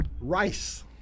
Rice